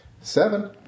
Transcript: Seven